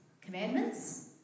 commandments